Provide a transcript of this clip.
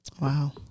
Wow